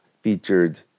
featured